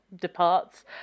departs